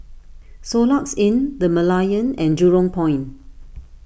Soluxe Inn the Merlion and Jurong Point